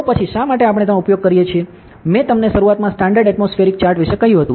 તો પછી શા માટે આપણે તેનો ઉપયોગ કરીએ છીએ મેં તમને શરૂઆતમાં સ્ટાન્ડર્ડ એટમોસ્ફિએરિક ચાર્ટ વિશે કહ્યું હતું